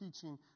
teaching